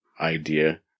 idea